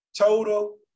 Total